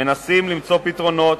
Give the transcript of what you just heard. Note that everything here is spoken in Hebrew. מנסים למצוא פתרונות,